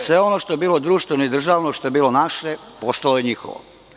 Sve ono što je bilo društveno i državno, što je bilo naše, postalo je njihovo.